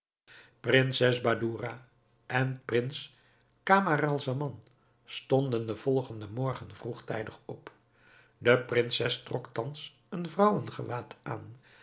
prinses badoura en prins camaralzaman stonden den volgenden morgen vroegtijdig op de prinses trok thans een vrouwengewaad aan